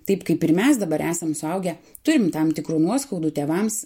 taip kaip ir mes dabar esam suaugę turim tam tikrų nuoskaudų tėvams